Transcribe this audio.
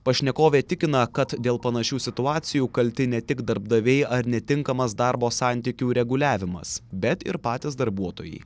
pašnekovė tikina kad dėl panašių situacijų kalti ne tik darbdaviai ar netinkamas darbo santykių reguliavimas bet ir patys darbuotojai